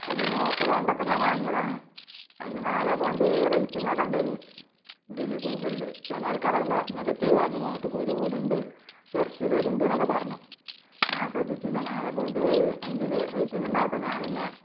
അപ്പം ഇതിന് ഓഫറ് കണ്ടപ്പോൾ ഞാൻ വാങ്ങിയതാണ് അതിന് നാല് പോയിൻറ്റ് ഏഴ് റേറ്റിംഗ് ഒക്കെ ഉണ്ടായിരുന്നു ഇതില് ഗൂഗിളില് ചില ആൾക്കാരെല്ലാം നെഗറ്റീവ് പറഞ്ഞു മുഖത്ത് കുരു കൂടുന്നുണ്ട് ചൊറിച്ചില് വരുന്നുണ്ട് എന്നൊക്കെ പറഞ്ഞു ഞാ ശ്രദ്ധിച്ചില്ല നാല് പൊയിൻറ്റ് ഏഴ് അഞ്ചില് റേറ്റിംഗ് ഉണ്ടായപ്പോൾ ഞാൻ പിന്നെ